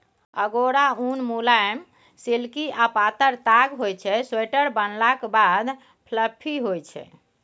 अगोरा उन मुलायम, सिल्की आ पातर ताग होइ छै स्वेटर बनलाक बाद फ्लफी होइ छै